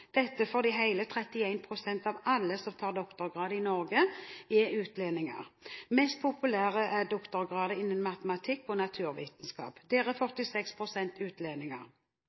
hele 31 pst. av alle som tar doktorgrad i Norge, er utlendinger. Mest populært er doktorgrader innen matematikk og naturvitenskap.